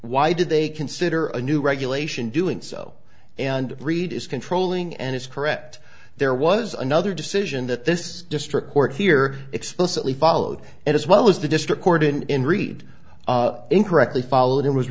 why did they consider a new regulation doing so and reduce controlling and it's correct there was another decision that this district court here explicitly followed as well as the district court in in read incorrectly follett it was